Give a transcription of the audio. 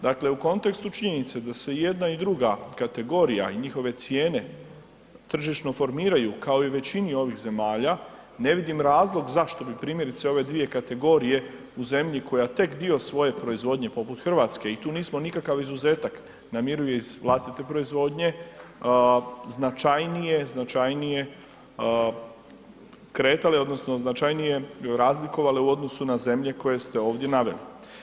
Dakle, u kontekstu činjenice da se i jedna i druga kategorija i njihove cijene tržišno formiraju kao i u većini ovih zemalja, ne vidim razlog zašto bi primjerice ove dvije kategorije u zemlji koja tek dio svoje proizvodnje poput RH i tu nismo nikakav izuzetak, namiruje iz vlastite proizvodnje, značajnije, značajnije kretali odnosno značajnije razlikovali u odnosu na zemlje koje ste ovdje naveli.